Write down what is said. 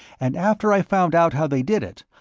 and after i found out how they did it,